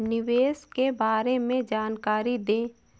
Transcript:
निवेश के बारे में जानकारी दें?